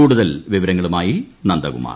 കുടുതൽ വിവരങ്ങളുമായി നന്ദകുമാർ